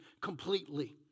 completely